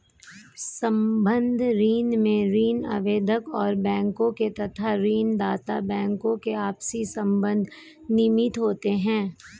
संबद्ध ऋण में ऋण आवेदक और बैंकों के तथा ऋण दाता बैंकों के आपसी संबंध नियमित होते हैं